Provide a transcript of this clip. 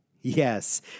Yes